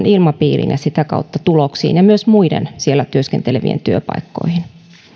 ilmapiiriin ja sitä kautta tuloksiin ja myös muiden siellä työskentelevien työpaikkoihin